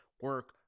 Work